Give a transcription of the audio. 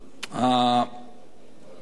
הבוטה הזה, היודע כול.